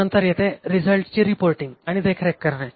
त्यानंतर येते रिझल्टची रिपोर्टींग आणि देखरेख करणे